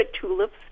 tulips